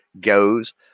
goes